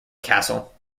castle